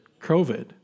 COVID